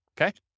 Okay